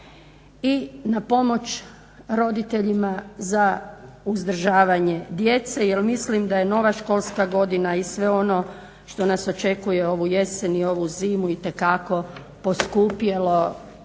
i na pomoć roditeljima za uzdržavanje djece jer mislim da je nova školska godina i sve ono što nas očekuje ovu jesen i ovu zimu itekako poskupjelo i